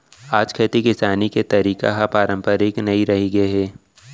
आज खेती किसानी के तरीका ह पारंपरिक नइ रहिगे हे